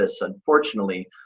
Unfortunately